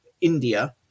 India